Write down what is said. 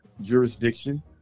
jurisdiction